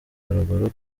haruguru